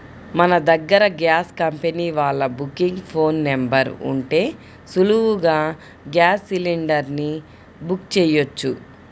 మన దగ్గర gas company వాళ్ళ బుకింగ్ ఫోన్ నెంబర్ ఉంటే సులువుగా గ్యాస్ సిలిండర్ ని బుక్ చెయ్యొచ్చు